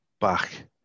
back